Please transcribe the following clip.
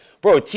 Bro